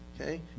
Okay